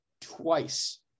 twice